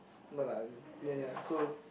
no lah as in ya ya so